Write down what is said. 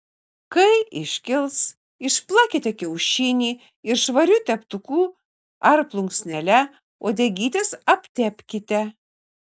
kai iškils išplakite kiaušinį ir švariu teptuku ar plunksnele uodegytes aptepkite